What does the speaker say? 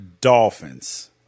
Dolphins